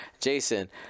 Jason